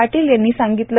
पाटील यांनी संगितले